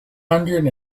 hundred